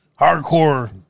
Hardcore